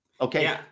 Okay